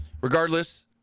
regardless